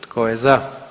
Tko je za?